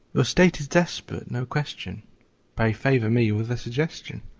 your state is desperate, no question pray favor me with a suggestion.